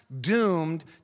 doomed